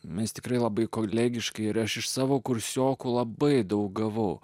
mes tikrai labai kolegiškai ir aš iš savo kursiokų labai daug gavau